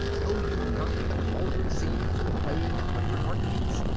know you not the cauldron scene's been playing a hundred heartbeats?